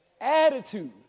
attitude